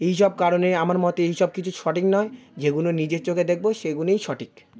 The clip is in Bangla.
এইসব কারণে আমার মতে এইসব কিছু সঠিক নয় যেগুনো নিজের চোখে দেখবো সেইগুনোই সঠিক